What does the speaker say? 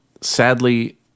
Sadly